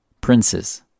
princes